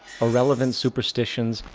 irrelevant superstitions,